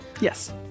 yes